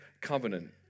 covenant